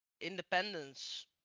Independence